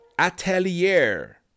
Atelier